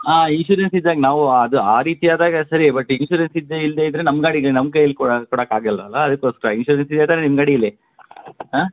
ಹಾಂ ಇನ್ಶುರೆನ್ಸ್ ಇದ್ದಾಗ ನಾವು ಅದು ಆ ರೀತಿ ಆದಾಗ ಸರಿ ಬಟ್ ಇನ್ಶುರೆನ್ಸ್ ಇದ್ದೆ ಇಲ್ಲದೆ ಇದ್ದರೆ ನಮ್ಮ ಗಾಡಿಗೆ ನಮ್ಮ ಕೈಯಲ್ಲಿ ಕೊಡಕ್ಕಾಗಲ್ಲಲ್ವ ಅದಕ್ಕೋಸ್ಕರ ಇನ್ಶುರೆನ್ಸ್ ಇದೆ ತಾನೇ ನಿಮ್ಮ ಗಾಡಿಯಲ್ಲಿ